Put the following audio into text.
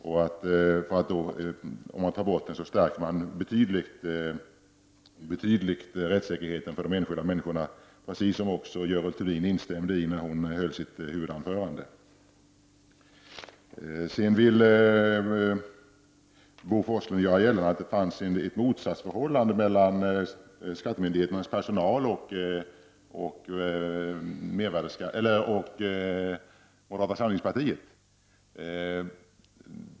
Om man tar bort det förstärker man betydligt rättvisan hos de enskilda människorna, precis som Görel Thurdin också sade i sitt huvudanförande. Bo Forslund gjorde gällande att det finns ett motsatsförhållande mellan skattemyndighetens personal och moderata samlingspartiet.